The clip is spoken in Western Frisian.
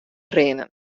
rinnen